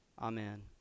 Amen